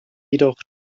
jedoch